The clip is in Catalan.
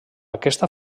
aquesta